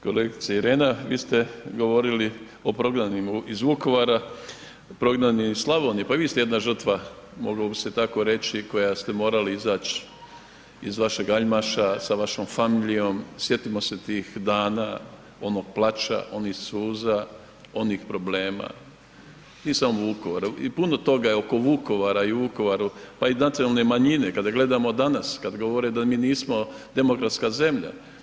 Kolegice Irena, vi ste govorili o prognanima iz Vukovara, prognani iz Slavonije pa i vi ste jedna žrtva, moglo bi se tako reći koja ste morali izać iz vašeg Aljmaša sa vašom familijom, sjetim se tih dana, onog plača, onih suza, onih problemima, nije samo Vukovar, i puno toga je oko Vukovara i u Vukovaru pa i nacionalne manjine kada gledamo danas, kada govore da mi nismo demokratska zemlja.